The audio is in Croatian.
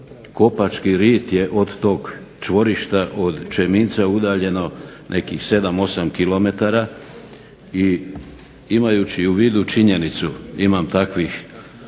Kopački rit je od tog čvorišta od Čeminca udaljeno nekih 7, 8 km i imajući u vidu činjenicu, imam takvih